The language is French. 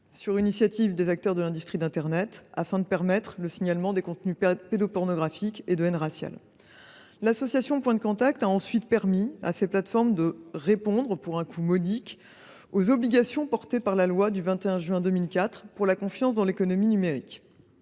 une initiative des acteurs de l’industrie d’internet, afin de permettre le signalement des contenus pédopornographiques et de haine raciale. L’association a ensuite permis à ces plateformes de répondre, pour un coût modique, aux obligations prévues par la loi du 21 juin 2004 pour la confiance dans l’économie numérique,